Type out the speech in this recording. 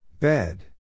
Bed